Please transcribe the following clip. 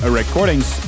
Recordings